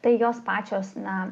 tai jos pačios na